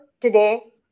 today